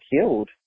killed